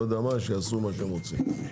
שיעשו מה שהם רוצים.